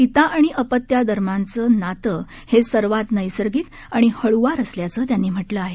पिता आणि अपत्यादरम्यानचं नातं हे सर्वात नद्वगिंक आणि हळूवार असल्याचं त्यांनी म्हटलं आहे